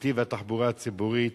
נתיב התחבורה הציבורית.